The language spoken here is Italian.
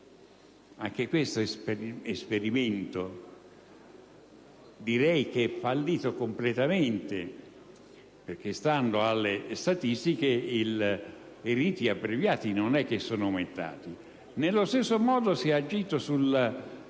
Anche questo esperimento è fallito completamente, perché, stando alle statistiche, i riti abbreviati non sono aumentati. Allo stesso modo si è agito con